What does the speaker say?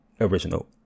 original